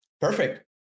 Perfect